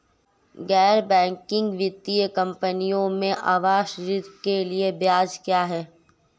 गैर बैंकिंग वित्तीय कंपनियों में आवास ऋण के लिए ब्याज क्या है?